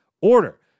order